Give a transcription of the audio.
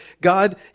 God